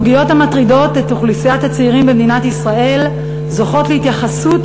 הסוגיות המטרידות את אוכלוסיית הצעירים במדינת ישראל זוכות להתייחסות